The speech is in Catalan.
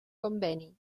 conveni